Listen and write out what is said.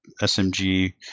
SMG